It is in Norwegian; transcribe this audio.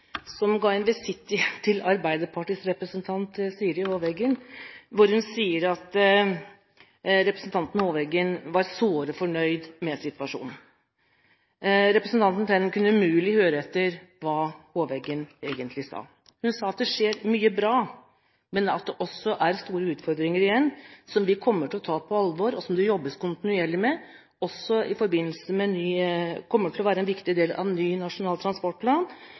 som hadde en visitt til Arbeiderpartiets representant, Siri Hov Eggen. Hun sier at representanten Hov Eggen var såre fornøyd med situasjonen. Representanten Tenden kunne umulig høre etter hva Hov Eggen egentlig sa. Hun sa at det skjer mye bra, men at det også er store utfordringer igjen, noe vi kommer til å ta på alvor, og som det jobbes kontinuerlig med. Det kommer også til å være en viktig del av ny Nasjonal transportplan.